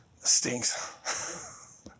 stinks